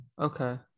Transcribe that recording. Okay